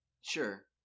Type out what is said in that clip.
Sure